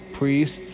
Priests